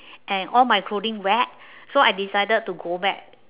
and all my clothing wet so I decided to go back